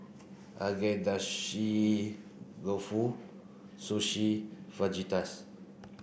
Agedashi Dofu Sushi Fajitas